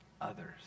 others